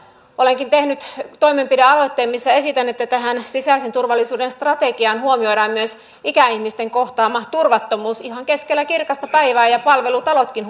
olenkin tehnyt toimenpidealoitteen missä esitän että tässä sisäisen turvallisuuden strategiassa huomioidaan myös ikäihmisten kohtaama turvattomuus ihan keskellä kirkasta päivää ja palvelutalotkin